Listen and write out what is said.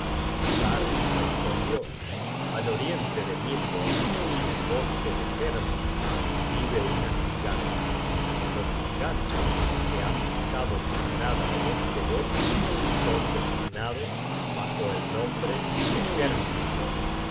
respondió al oriente de midgord en el bosque de jernvid vive una giganta los gigantes que han fijado su morada en este bosque son designados bajo el nombre de